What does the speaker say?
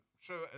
show